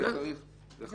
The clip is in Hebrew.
הוא צריך לבוא לשדה התעופה.